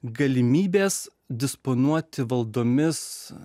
galimybės disponuoti valdomis